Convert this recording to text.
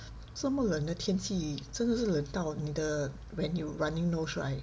这么冷的天气真的是冷到你的 when you running nose right